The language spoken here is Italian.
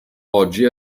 oggi